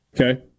Okay